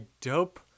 dope